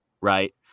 Right